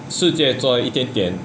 世界做一点点